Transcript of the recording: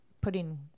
putting